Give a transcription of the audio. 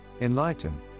enlighten